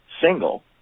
single